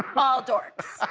um all darks